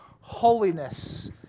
holiness